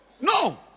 no